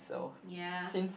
ya